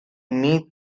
meath